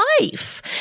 life